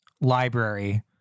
library